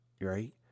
right